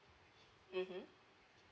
mmhmm